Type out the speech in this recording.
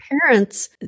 parents